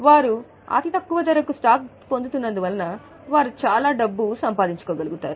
వారు అతి తక్కువ ధరకు స్టాక్ పొందుతున్నందున వారు చాలా డబ్బు సంపాదించగలుగుతారు